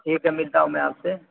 ٹھیک ہے ملتا ہوں میں آپ سے